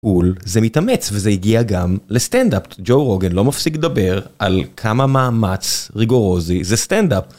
זה מתאמץ וזה הגיע גם לסטנדאפט ג'ו רוגן לא מפסיק לדבר על כמה מאמץ ריגורוזי זה סטנדאפט.